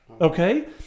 Okay